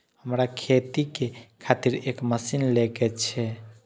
हमरा खेती के खातिर एक मशीन ले के छे?